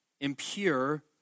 impure